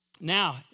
Now